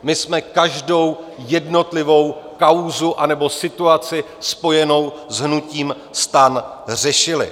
My jsme každou jednotlivou kauzu anebo situaci spojenou s hnutím STAN řešili.